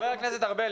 חבר הכנסת ארבל,